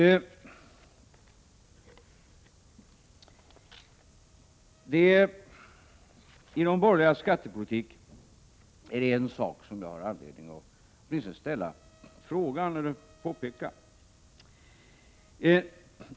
Då det gäller de borgerligas skattepolitik har jag anledning att peka åtminstone på en sak.